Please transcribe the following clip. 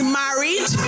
married